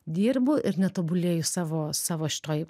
dirbu ir netobulėju savo savo šitoj